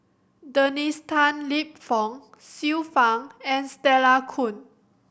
Dennis Tan Lip Fong Xiu Fang and Stella Kon